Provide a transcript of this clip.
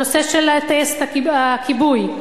הנושא של טייסת הכיבוי.